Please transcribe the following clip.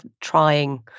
trying